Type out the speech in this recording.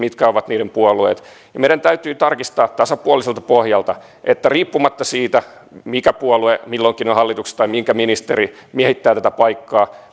mikä on niiden puolue ja meidän täytyy katsoa tasapuoliselta pohjalta että riippumatta siitä mikä puolue milloinkin on hallituksessa tai minkä ministeri miehittää tätä paikkaa